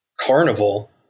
carnival